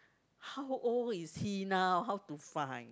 how old is he now how to find